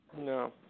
No